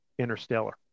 Interstellar